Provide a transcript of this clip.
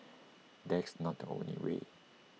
that's not the only way